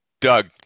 Doug